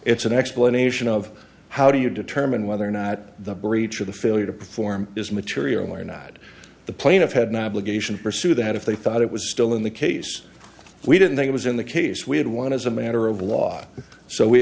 it's an explanation of how do you determine whether or not the breach of the failure to perform is material or not the plaintiff had navigation pursue that if they thought it was still in the case we didn't think it was in the case we'd want as a matter of law so we